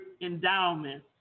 endowment